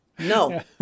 No